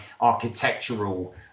architectural